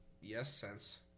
yes-sense